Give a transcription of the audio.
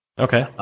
Okay